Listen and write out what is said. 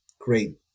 great